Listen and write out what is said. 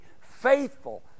faithful